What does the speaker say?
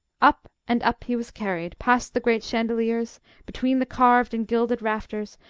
up and up he was carried, past the great chandeliers, between the carved and gilded rafters,